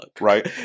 right